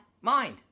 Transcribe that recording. Mind